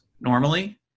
normally